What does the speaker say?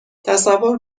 تصور